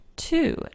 two